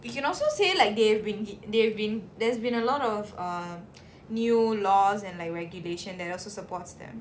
you can also say like they've been they've been there's been a lot of uh new laws and like regulation that also supports them